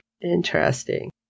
Interesting